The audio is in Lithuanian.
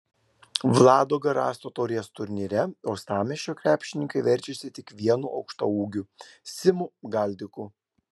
vlado garasto taurės turnyre uostamiesčio krepšininkai verčiasi tik vienu aukštaūgiu simu galdiku